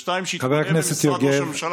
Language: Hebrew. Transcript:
2. שיתמנה במשרד ראש הממשלה,